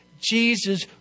Jesus